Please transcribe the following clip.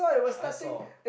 I saw